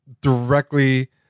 directly